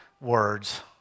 words